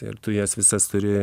ir tu jas visas turi